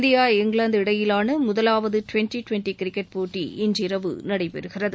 India England இடையிலான முதலாவது twenty twenty cricket போட்டி இன்றிரவுநடைபெறுகிறது